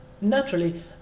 Naturally